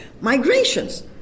migrations